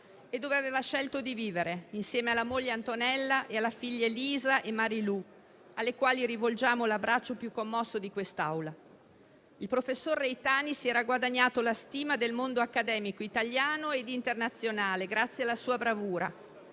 e dove aveva scelto di vivere insieme alla moglie Antonella e alle figlie Elisa e Marilù, alle quali rivolgiamo l'abbraccio più commosso di quest'Assemblea. Il professor Reitani si era guadagnato la stima del mondo accademico italiano ed internazionale grazie alla sua bravura,